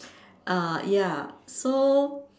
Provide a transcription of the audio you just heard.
uh ya so